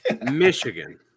Michigan